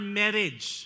marriage